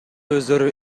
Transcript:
өздөрү